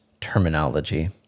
terminology